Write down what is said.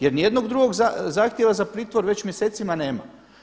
Jer ni jednog drugog zahtjeva za pritvor već mjesecima nema.